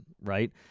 right